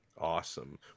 Awesome